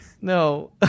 No